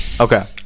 Okay